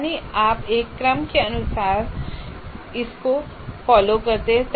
यानी आप एक क्रम के अनुसार करते हैं